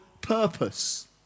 purpose